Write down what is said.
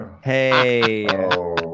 Hey